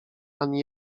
ani